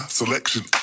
selection